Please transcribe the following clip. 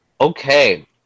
Okay